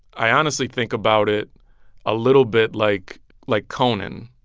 i honestly think about it a little bit like like conan.